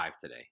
today